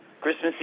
Christmas